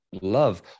love